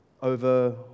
over